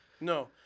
No